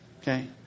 okay